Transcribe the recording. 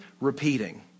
repeating